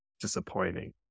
disappointing